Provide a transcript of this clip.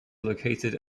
located